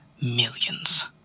millions